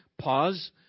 Pause